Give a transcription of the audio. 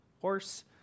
horse